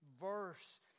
verse